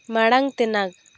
ᱢᱟᱲᱟᱝ ᱛᱮᱱᱟᱜ